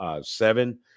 seven